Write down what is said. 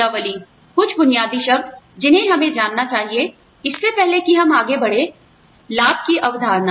कुछ बुनियादी शब्द जिन्हें हमें जानना चाहिए इससे पहले कि हम आगे बढ़ें लाभ की अवधारणा